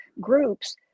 groups